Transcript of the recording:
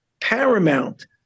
Paramount